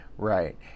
Right